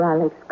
Alex